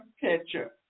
picture